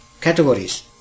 categories